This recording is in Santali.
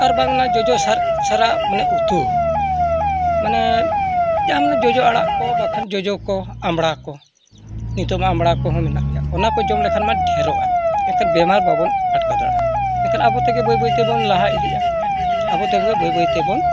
ᱟᱨ ᱵᱟᱝ ᱚᱱᱟ ᱡᱚᱡᱚ ᱥᱟᱨ ᱥᱟᱨᱟ ᱢᱟᱱᱮ ᱩᱛᱩ ᱡᱟᱦᱟᱸ ᱢᱟᱱᱮ ᱡᱚᱡᱚ ᱟᱲᱟᱜ ᱠᱚ ᱵᱟᱠᱷᱟᱱ ᱡᱚᱡᱚ ᱠᱚ ᱟᱢᱲᱟ ᱠᱚ ᱱᱤᱛᱚᱜ ᱢᱟ ᱟᱢᱲᱟ ᱠᱚᱦᱚᱸ ᱢᱮᱱᱟᱜ ᱜᱮᱭᱟ ᱚᱱᱟ ᱠᱚ ᱡᱚᱢ ᱞᱮᱠᱷᱟᱱ ᱢᱟ ᱰᱷᱮᱹᱨᱚᱜᱼᱟ ᱮᱱᱠᱷᱟᱱ ᱵᱤᱢᱟᱨ ᱵᱟᱵᱚᱱ ᱟᱴᱠᱟᱣ ᱫᱟᱲᱮᱭᱟᱜᱼᱟ ᱮᱱᱠᱷᱟᱱ ᱟᱵᱚ ᱛᱮᱜᱮ ᱵᱟᱹᱭ ᱵᱟᱹᱭ ᱛᱮᱵᱚᱱ ᱞᱟᱦᱟ ᱤᱫᱤᱜᱼᱟ ᱟᱵᱚ ᱛᱮᱜᱮ ᱵᱟᱹᱭ ᱵᱟᱹᱭ ᱛᱮᱵᱚᱱ